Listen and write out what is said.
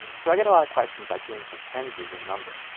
so i get a lot of questions about doing percentages in numbers.